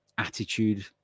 attitude